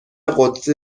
قدسی